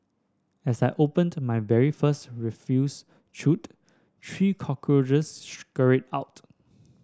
as I opened my very first refuse chute three cockroaches scurried out